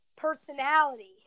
personality